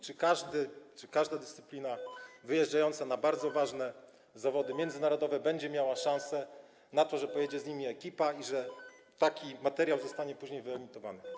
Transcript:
Czy w wypadku każdej dyscypliny wyjeżdżający na bardzo ważne zawody międzynarodowe będą mieli szansę na to, że pojedzie z nimi ekipa i że taki materiał zostanie później wyemitowany?